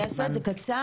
אני אדבר בקצרה.